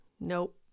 nope